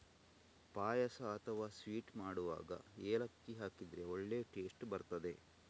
ಪಾಯಸ ಅಥವಾ ಸ್ವೀಟ್ ಮಾಡುವಾಗ ಏಲಕ್ಕಿ ಹಾಕಿದ್ರೆ ಒಳ್ಳೇ ಟೇಸ್ಟ್ ಬರ್ತದೆ